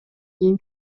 кийин